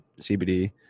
CBD